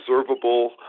observable